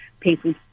People